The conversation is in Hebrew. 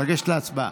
לגשת להצבעה.